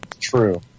true